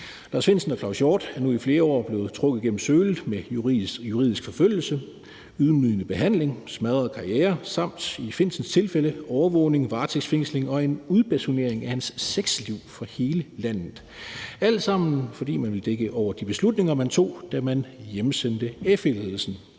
Lars Findsen og Claus Hjort Frederiksen er nu i flere år blevet trukket igennem sølet med juridisk forfølgelse, ydmygende behandling, smadrede karrierer samt i Lars Findsens tilfælde overvågning, varetægtsfængsling og en udbasunering af hans sexliv for hele landet – alt sammen fordiman ville dække over de beslutninger, man tog, da man hjemsendte FE-ledelsen,